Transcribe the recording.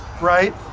right